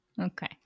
Okay